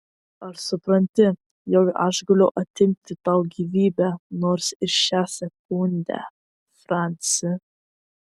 ar supranti jog aš galiu atimti tau gyvybę nors ir šią sekundę franci